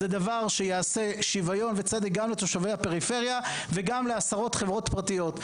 זה יעשה שוויון וצדק גם לתושבי הפריפריה וגם לעשרות חברות פרטיות.